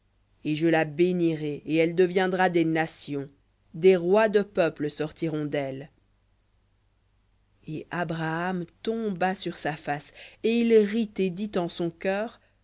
et je la bénirai et elle deviendra des nations des rois de peuples sortiront delle et abraham tomba sur sa face et il rit et dit en son cœur